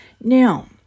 Now